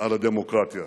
על הדמוקרטיה,